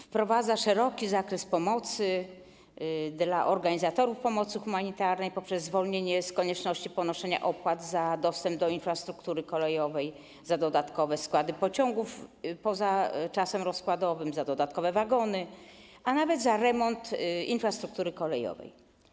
Wprowadza ona szeroki zakres pomocy dla organizatorów pomocy humanitarnej poprzez zwolnienie z konieczności ponoszenia opłat za dostęp do infrastruktury kolejowej, za dodatkowe składy pociągów, poza czasem rozkładowym, za dodatkowe wagony, a nawet za remont infrastruktury kolejowej.